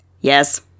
yes